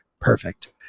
Perfect